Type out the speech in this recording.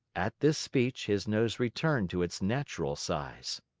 at this speech, his nose returned to its natural size.